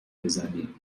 بزنیم